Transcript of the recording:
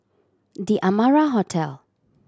The Amara Hotel